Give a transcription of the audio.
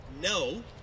no